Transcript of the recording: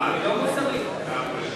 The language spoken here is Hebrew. על הידיים,